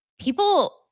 people